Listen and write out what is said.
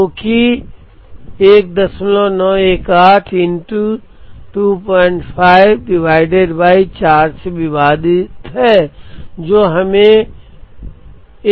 जो कि 1918 X 25 4 से विभाजित है जो हमें 12345 देगा